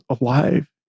alive